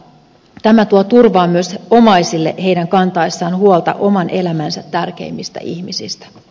tämä tuo turvaa myös omaisille heidän kantaessaan huolta oman elämänsä tärkeimmistä ihmisistä